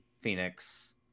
Phoenix